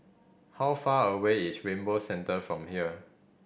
how far away is Rainbow Centre from here